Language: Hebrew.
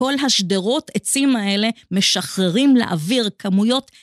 כל השדרות עצים האלה משחררים לאוויר כמויות.